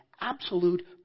absolute